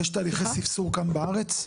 יש תהליכי ספסור כאן בארץ?